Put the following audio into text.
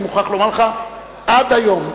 אני מוכרח לומר לך: עד היום,